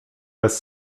bez